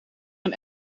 een